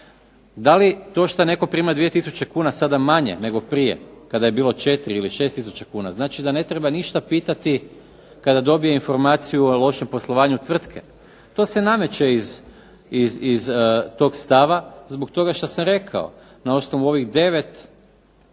Da li to što netko prima 2000 kuna sada manje nego prije kada je bilo 4 ili 6000 kuna? Znači da ne treba ništa pitati kada dobije informaciju o lošem poslovanju tvrtke. To se nameće iz tog stava zbog toga što sam rekao. Na osnovu ovih 9